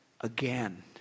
again